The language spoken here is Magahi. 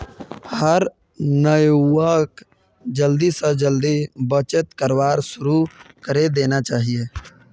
हर नवयुवाक जल्दी स जल्दी बचत करवार शुरू करे देना चाहिए